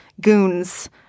goons